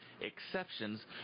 exceptions